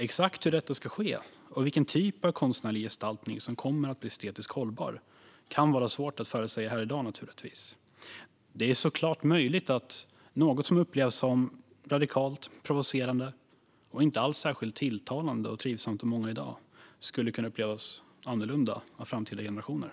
Exakt hur detta ska ske, och vilken typ av konstnärlig gestaltning som kommer att bli estetiskt hållbar, kan naturligtvis vara svårt att förutsäga här i dag. Det är såklart möjligt att något som upplevs som radikalt, provocerande och inte alls särskilt tilltalande och trivsamt av många i dag skulle kunna upplevas annorlunda av framtida generationer.